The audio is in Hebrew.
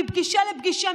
מפגישה לפגישה,